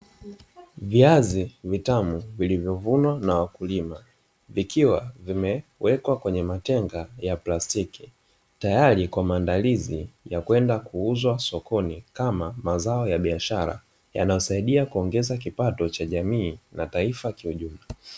Viazi vitamu vilivyovunwa na wakulima, vikiwa vimewekwa kwenye matenga ya plastiki, tayari kwa maandalizi ya kwenda kuuzwa sokoni kama mazao ya biashara yanayosaidia kuongeza kipato cha jamii na taifa kiujumla.